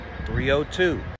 302